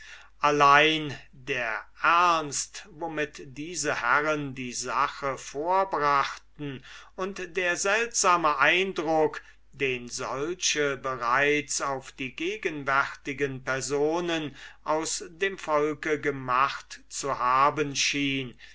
allein der ernst womit diese herren die sache vorbrachten und der seltsame eindruck den solche bereits auf die gegenwärtigen personen aus dem volke gemacht zu haben schien